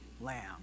Lamb